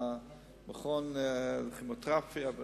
1. מדוע